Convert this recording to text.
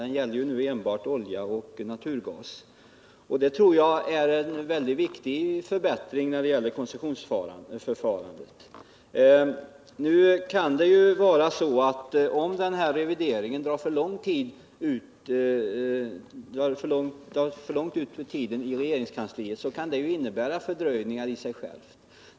Den gäller nu enbart transport av olja och naturgas. Det tror jag är en mycket viktig förbättring när det gäller koncessionsförfarandet. Men om den här revideringen drar för långt ut på tiden i regeringskansliet, så kan det i och för sig medföra fördröjning.